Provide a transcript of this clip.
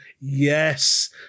yes